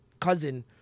cousin